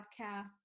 podcasts